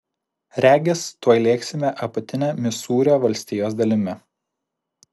regis tuoj lėksime apatine misūrio valstijos dalimi